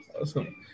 awesome